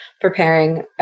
preparing